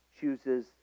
chooses